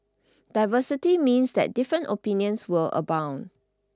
diversity means that different opinions will abound